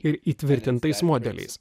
ir įtvirtintais modeliais